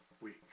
week